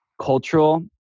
cultural